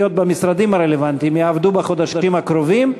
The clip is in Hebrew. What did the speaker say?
במשרדים הרלוונטיים יעבדו בחודשים הקרובים,